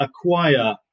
acquire